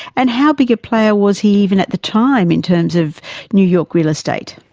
and how big a player was he even at the time in terms of new york real estate?